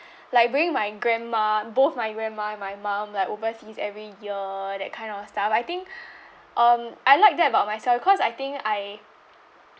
like bringing my grandma both my grandma and my mum like overseas every year that kind of stuff I think um I like that about myself cause I think I